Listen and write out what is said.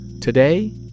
Today